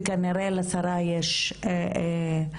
וכנראה לשרה יש כיוון.